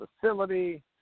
facility